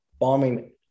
bombing